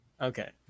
okay